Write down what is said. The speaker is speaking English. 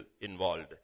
involved